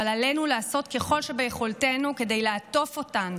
אבל עלינו לעשות כל שביכולתנו כדי לעטוף אותן,